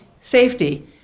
safety